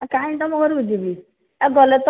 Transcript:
ଆଉ କାହିଁକି ତମ ଘରକୁ ଯିବି ଆ ଗଲେ ତ